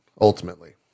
ultimately